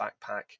backpack